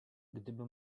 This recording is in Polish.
gdyby